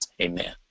amen